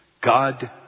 God